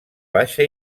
baixa